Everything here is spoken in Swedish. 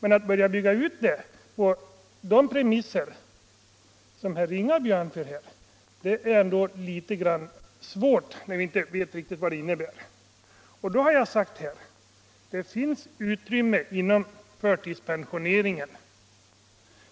Men att börja bygga ut på de premisser som herr Ringaby anför här är ändå litet svårt, eftersom vi inte riktigt vet vad de innebär. Därför har jag framhållit att det inom förtidspensioneringen